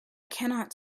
cannot